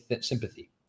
sympathy